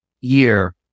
year